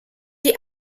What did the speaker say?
die